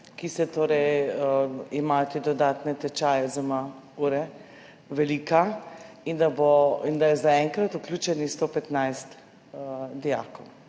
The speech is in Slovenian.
ki imajo te dodatne tečaje oziroma ure, velika in da je zaenkrat vključenih 115 dijakov.